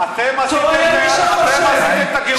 אגב, אתם עשיתם את הגירוש.